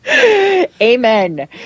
Amen